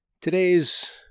Today's